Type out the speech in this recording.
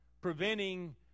preventing